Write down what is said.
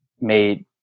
made